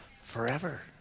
forever